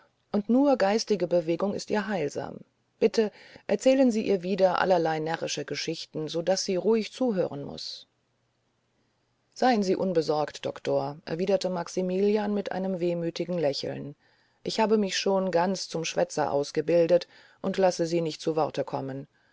und nur geistige bewegung ist ihr heilsam bitte erzählen sie ihr wieder allerlei närrische geschichten so daß sie ruhig zuhören muß seien sie unbesorgt doktor erwiderte maximilian mit einem wehmütigen lächeln ich habe mich schon ganz zum schwätzer ausgebildet und lasse sie nicht zu worte kommen